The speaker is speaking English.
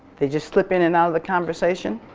they just slip in and out of the conversation